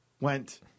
went